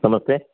नमस्ते